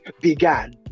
Began